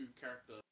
character